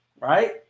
Right